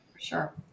sure